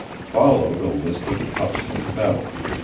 followed a list of cups and medals.